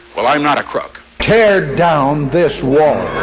well, i'm not a crook. tear down this wall.